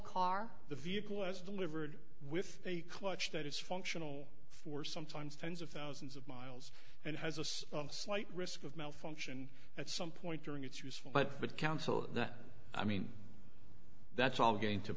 car the vehicle was delivered with a clutch that is functional for sometimes tens of thousands of miles and has a slight risk of malfunction at some point during its useful but with counsel that i mean that's all going to